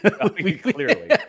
clearly